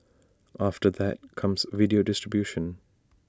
after that comes video distribution